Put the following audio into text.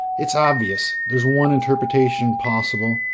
it's obvious there's one interpretation possible,